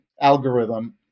algorithm